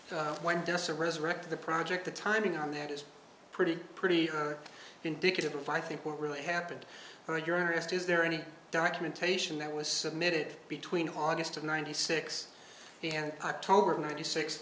not when desa resurrect the project the timing on that is pretty pretty indicative of i think what really happened but you're asked is there any documentation that was submitted between august of ninety six and october of ninety six